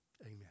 Amen